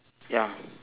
ya